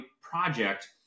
Project